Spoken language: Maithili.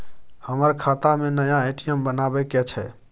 हमर खाता में नया ए.टी.एम बनाबै के छै?